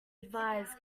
advised